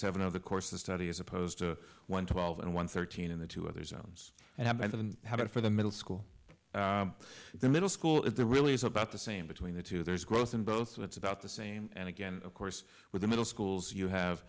seven of the course the study is opposed to one twelve and one thirteen in the two other zones and i didn't have it for the middle school the middle school if there really is about the same between the two there is growth in both so it's about the same and again of course with the middle schools you have